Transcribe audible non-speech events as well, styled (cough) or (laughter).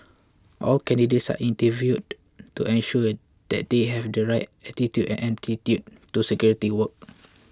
all candidates are interviewed (noise) to ensure that they have the right attitude and aptitude for security work (noise)